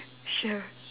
sure